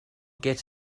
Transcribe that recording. get